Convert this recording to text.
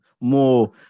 more